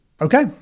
Okay